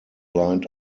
lined